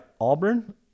Auburn